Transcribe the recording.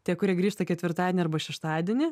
tie kurie grįžta ketvirtadienį arba šeštadienį